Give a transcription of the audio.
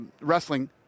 wrestling